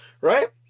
Right